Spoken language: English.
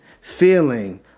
feeling